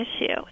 issue